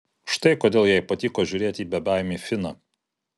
štai kodėl jai patiko žiūrėti bebaimį finą